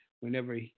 Whenever